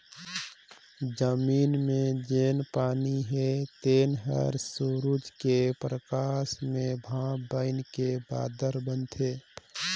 जमीन मे जेन पानी हे तेन हर सुरूज के परकास मे भांप बइनके बादर बनाथे